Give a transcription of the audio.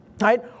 right